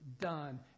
done